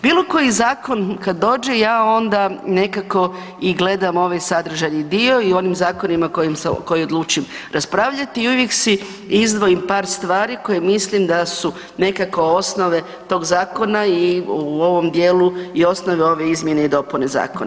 Bilo koji zakon kad dođe ja onda nekako i gledam ovaj sadržajni dio i u onim zakonima koje odlučim raspravljati i uvijek si izdvojim par stvari koje mislim da su nekako osnove tog zakona i u ovom dijelu i osnove ove izmjene i dopune zakona.